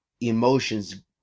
emotions